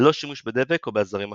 ללא שימוש בדבק או בעזרים אחרים.